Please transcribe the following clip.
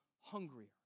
hungrier